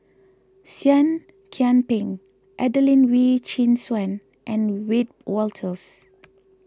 Seah Kian Peng Adelene Wee Chin Suan and Wiebe Wolters